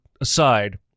aside